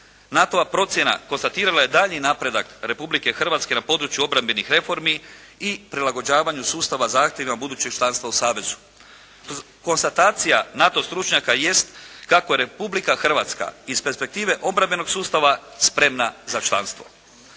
NATO-a procjena konstatirala je daljnji napredak Republike Hrvatske na području obrambenih reformi i prilagođavanju sustava zahtjevima budućeg članstva u savezu. Konstatacija NATO stručnjaka jest kako Republika Hrvatska iz perspektive obrambenog sustava spremna za članstvo.